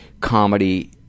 comedy